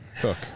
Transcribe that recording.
Cook